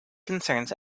concerns